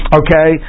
okay